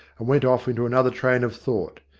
and went off into another train of thought.